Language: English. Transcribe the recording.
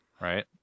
Right